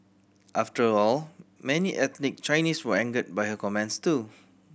after all many ethnic Chinese were angered by her comments too